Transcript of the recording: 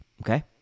okay